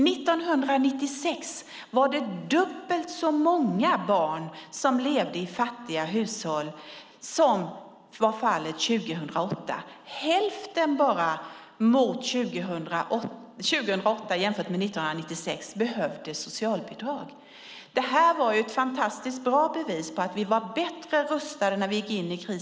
1996 var det dubbelt så många barn som levde i fattiga hushåll som 2008. Jämfört med 1996 var det bara hälften så många som behövde socialbidrag 2008. Detta var ett fantastiskt bra bevis på att vi var bättre rustade när vi gick in i krisen.